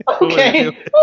Okay